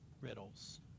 riddles